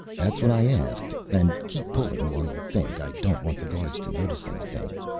that's what i asked. and keep pulling while you think, i don't want the guards to notice anything.